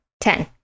Ten